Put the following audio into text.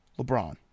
lebron